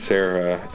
Sarah